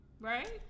Right